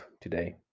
today